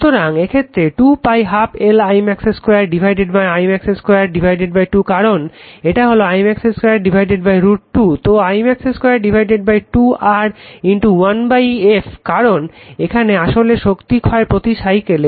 সুতরাং এক্ষেত্রে 2 12 L I max 2 I max 2 2 কারণ এটা হলো I max √ 2 তো I max 2 2R 1f কারণ এটা আসলে শক্তি ক্ষয় প্রতি সাইকেলে